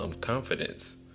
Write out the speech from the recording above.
confidence